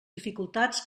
dificultats